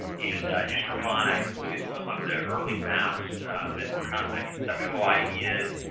and just for fun i included some of the early maps that were kind of the conceptual ideas.